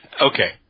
Okay